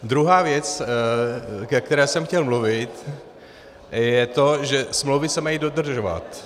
Druhá věc, ke které jsem chtěl mluvit, je to, že smlouvy se mají dodržovat.